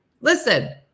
Listen